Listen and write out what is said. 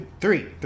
Three